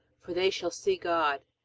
for they shall see god.